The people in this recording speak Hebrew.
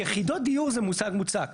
יחידות דיור זה מושג מוצק.